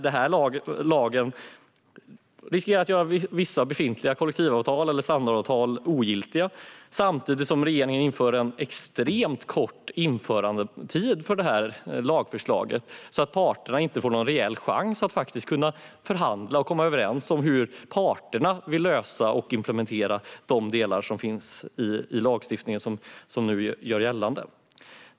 Den här lagen riskerar att göra vissa befintliga kollektivavtal eller standardavtal ogiltiga samtidigt som regeringen vill ha en extremt kort införandetid för det här lagförslaget, vilket gör att parterna inte får någon reell chans att faktiskt kunna förhandla och komma överens om hur de vill lösa frågorna och implementera de delar som finns i lagstiftningen.